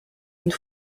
une